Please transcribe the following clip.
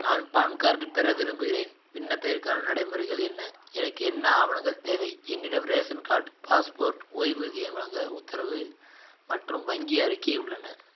நான் PAN card பெற விரும்புகிறேன் விண்ணப்பிற்கான நடைமுறைகள் என்ன எனக்கு என்ன ஆவணங்கள் தேவை என்னிடம் ரேசன் கார்ட் பாஸ்போர்ட் ஓய்வூதியம் வழங்க உத்தரவு மற்றும் வங்கி அறிக்கை உள்ளன